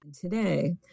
Today